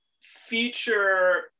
feature